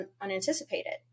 unanticipated